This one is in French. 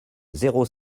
zéro